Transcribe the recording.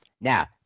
Now